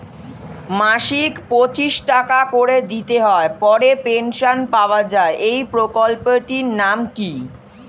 মাসিক পঁচিশ টাকা করে দিতে হয় পরে পেনশন পাওয়া যায় এই প্রকল্পে টির নাম কি?